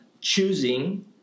choosing